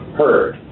heard